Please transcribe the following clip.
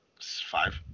five